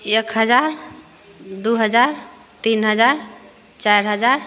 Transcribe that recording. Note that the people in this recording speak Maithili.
एक हजार दुइ हजार तीन हजार चारि हजार